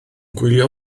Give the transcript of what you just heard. gwylio